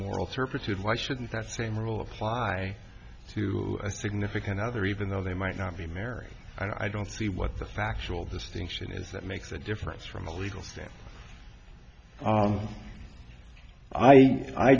moral certitude why shouldn't that same rule apply to a significant other even though they might not be married and i don't see what the factual distinction is that makes a difference from a legal